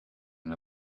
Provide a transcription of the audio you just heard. and